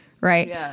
Right